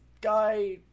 guy